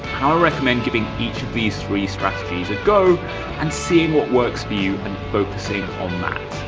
ah recommend giving each of these three strategies a go and seeing what works for you and focusing on that.